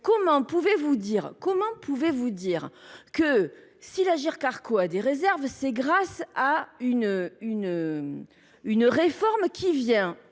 ensuite, pouvez vous dire que, si l’Agirc Arrco a des réserves, c’est grâce à une réforme qui vient à